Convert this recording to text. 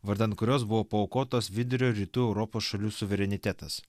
vardan kurios buvo paaukotas vidurio rytų europos šalių suverenitetas